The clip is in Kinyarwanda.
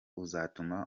uzatuma